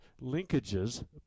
linkages